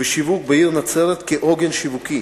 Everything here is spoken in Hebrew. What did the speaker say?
ושימוש בעיר נצרת כעוגן שיווקי,